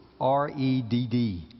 R-E-D-D